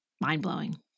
mind-blowing